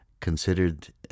considered